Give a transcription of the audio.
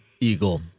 eagle